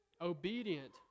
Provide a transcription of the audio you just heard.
obedient